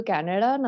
Canada